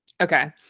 Okay